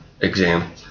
exam